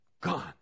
Gone